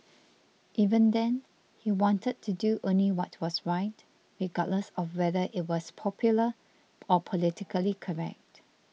even then he wanted to do only what was right regardless of whether it was popular or politically correct